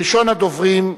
ראשון הדוברים,